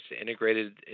integrated